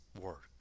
work